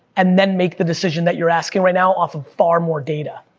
and then make the decision that you're asking right now, off of far more data.